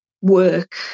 work